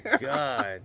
god